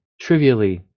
trivially